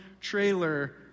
trailer